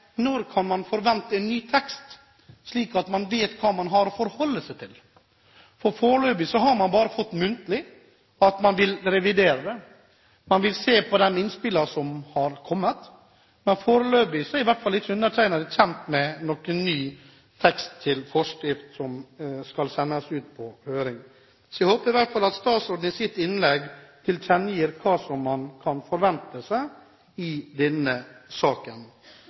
Når kan man forvente en ny tekst, slik at man vet hva man har å forholde seg til? Foreløpig har man bare fått vite muntlig at man vil revidere, at man vil se på de innspillene som har kommet. Foreløpig er i hvert fall ikke undertegnede kjent med noen ny tekst til forskrift som skal sendes ut på høring. Så jeg håper i hvert fall at statsråden i sitt innlegg vil tilkjennegi hva man kan forvente seg i denne saken.